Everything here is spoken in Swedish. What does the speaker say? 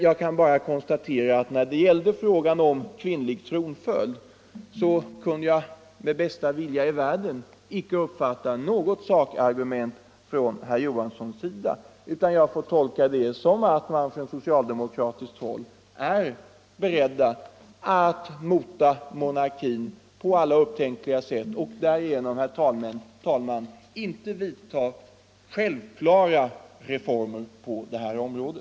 Jag bara konstaterar att när det gällde frågan om kvinnlig tronföljd kunde jag med bästa vilja i världen inte uppfatta något sakargument från herr Johanssons sida, utan jag får tolka det som att man från socialdemokratiskt håll är beredd att mota monarkin på alla upptänkliga sätt och därför, herr talman, inte vidtar självklara reformer på detta område.